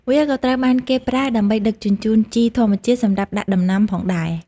វាក៏ត្រូវបានគេប្រើដើម្បីដឹកជញ្ជូនជីធម្មជាតិសម្រាប់ដាក់ដំណាំផងដែរ។